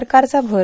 सरकारचा भर